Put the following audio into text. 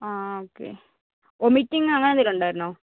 ആ okay vomiting അങ്ങനെയെന്തെങ്കിലും ഉണ്ടായിരുന്നോ